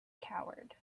coward